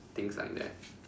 things like that